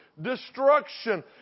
destruction